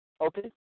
Okay